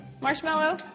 Marshmallow